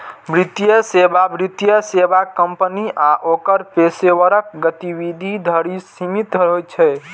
वित्तीय सेवा वित्तीय सेवा कंपनी आ ओकर पेशेवरक गतिविधि धरि सीमित होइ छै